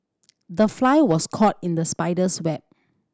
the fly was caught in the spider's web